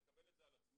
שנקבל את זה על עצמנו